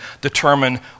determine